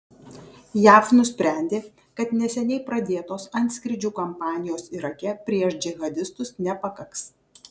jav nusprendė kad neseniai pradėtos antskrydžių kampanijos irake prieš džihadistus nepakaks